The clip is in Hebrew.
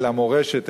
אל המורשת,